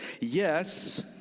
yes